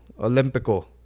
Olympico